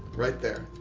right there.